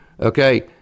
okay